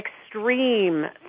extreme